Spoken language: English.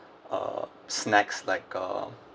uh snacks like uh